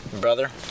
brother